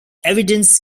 evidence